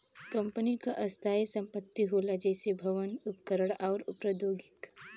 company क स्थायी संपत्ति होला जइसे भवन, उपकरण आउर प्रौद्योगिकी